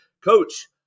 Coach